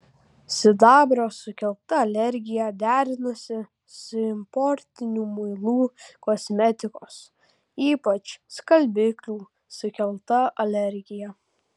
sidabro sukelta alergija derinosi su importinių muilų kosmetikos ypač skalbiklių sukelta alergija